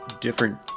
different